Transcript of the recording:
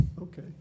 Okay